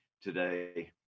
today